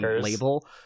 label